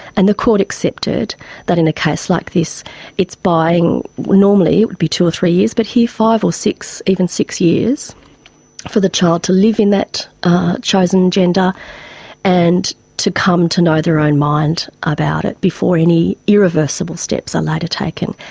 and the court accepted that in a case like this it's buying, normally it would be two or three years, but here five or even six years for the child to live in that chosen gender and to come to know their own mind about it before any irreversible steps are later taken.